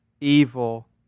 evil